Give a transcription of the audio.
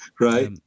Right